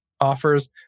offers